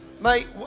Mate